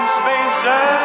spaces